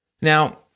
Now